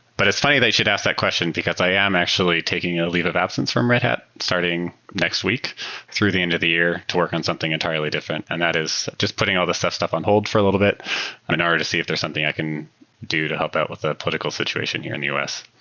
but it's funny that you should ask that question, because i am actually taking a leave of absence from red hat starting next week through the end of the year to work on something entirely different, and that is just putting all the ceph stuff on hold for a little bit um in order to see if there's something i can do to help out with the political situation here in the us.